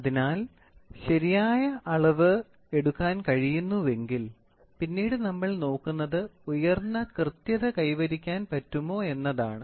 അതിനാൽ ശരിയായി അളവ് എടുക്കാൻ കഴിയുന്നുവെങ്കിൽ പിന്നീട് നമ്മൾ നോക്കുന്നത് ഉയർന്ന കൃത്യത കൈവരിക്കാൻ പറ്റുമോ എന്നതാണ്